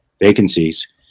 vacancies